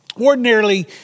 Ordinarily